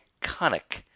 iconic